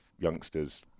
youngsters